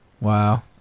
Wow